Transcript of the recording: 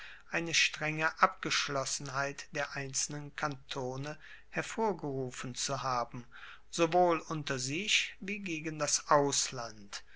eine strenge abgeschlossenheit der einzelnen kantone hervorgerufen zu haben sowohl unter sich wie gegen das ausland